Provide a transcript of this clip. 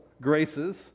graces